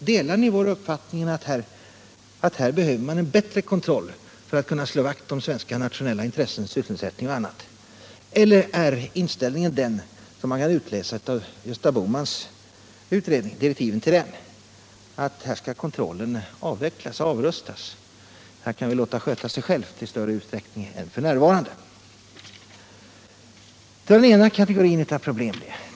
Delar ni vår uppfattning att man här behöver en bättre kontroll för att kunna slå vakt om svenska nationella intressen, sysselsättning och annat, eller är inställningen den som man kan utläsa av direktiven till Gösta Bohmans utredning, att kontrollen skall avvecklas och avrustas, att det här kan sköta sig självt i större utsträckning än f.n.? Detta var den ena kategorin av problem.